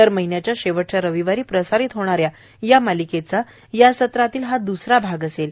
दर महिन्याच्या शेवटच्या रविवारी प्रसारित होणाऱ्या या मालिकेचा या सत्रातील हा दुसरा भाग असेल